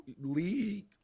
league